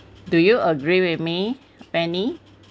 do you agree with me fanny